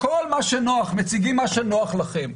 אתם מציגים מה שנוח לכם.